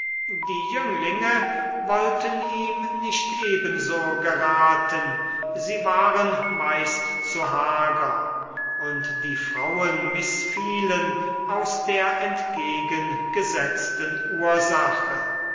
die jünglinge wollten ihm nicht ebenso geraten sie waren meist zu hager und die frauen mißfielen aus der entgegengesetzten ursache